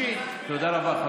תודה רבה.